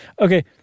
Okay